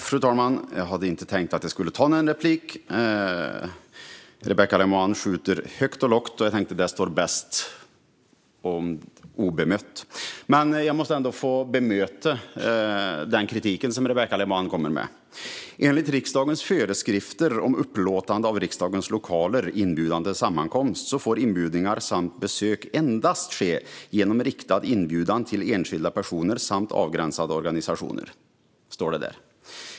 Fru talman! Jag hade egentligen inte tänkt begära replik. Rebecka Le Moine skjuter högt och lågt, och jag tänkte att det står bäst obemött. Jag måste ändå få bemöta den kritik som Rebecka Le Moine för fram. Enligt riksdagens föreskrifter om upplåtande av riksdagens lokaler vid inbjudan till sammankomst får inbjudningar samt besök endast ske genom riktad inbjudan till enskilda personer samt avgränsade organisationer.